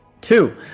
Two